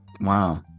Wow